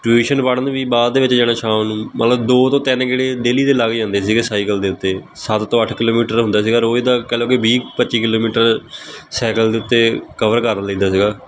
tuition ਪੜ੍ਹਨ ਵੀ ਬਾਅਦ ਦੇ ਵਿੱਚ ਜਾਣਾ ਸ਼ਾਮ ਨੂੰ ਮਤਲਬ ਦੋ ਤੋਂ ਤਿੰਨ ਗੇੜੇ ਡੇਲੀ ਦੇ ਲੱਗ ਜਾਂਦੇ ਸੀਗੇ ਸਾਈਕਲ ਦੇ ਉੱਤੇ ਸੱਤ ਤੋਂ ਅੱਠ ਕਿਲੋਮੀਟਰ ਹੁੰਦਾ ਸੀਗਾ ਰੋਜ਼ ਦਾ ਕਹਿ ਲਉ ਕਿ ਵੀਹ ਪੱਚੀ ਕਿਲੋਮੀਟਰ ਸਾਈਕਲ ਦੇ ਉੱਤੇ ਕਵਰ ਕਰ ਲਈਦਾ ਸੀਗਾ